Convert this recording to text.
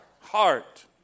heart